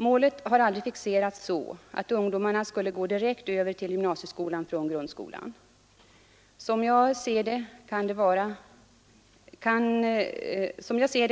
Målet har aldrig fixerats så att ungdomarna skulle gå direkt över till gymnasieskolan från grundskolan. Som jag ser det